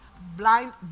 Blind